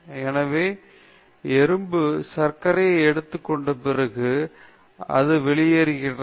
எனவே எறும்பு சர்க்கரையை எடுத்துக் கொண்ட பிறகு அது வெளியேறுகிறது